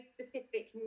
specific